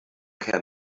can